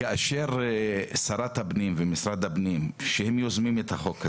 כאשר שרת הפנים ומשרד הפנים שהם יוזמים את החוק הזה,